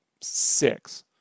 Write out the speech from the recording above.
six